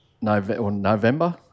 November